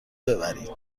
ببرید